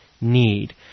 need